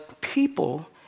people